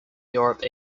europe